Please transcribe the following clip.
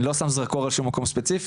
אני לא שם זרקור על שום מקום ספציפי,